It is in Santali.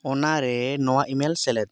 ᱚᱱᱟᱨᱮ ᱱᱚᱣᱟ ᱤᱼᱢᱮᱞ ᱥᱮᱞᱮᱫ ᱢᱮ